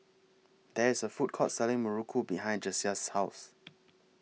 There IS A Food Court Selling Muruku behind Jasiah's House